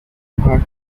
part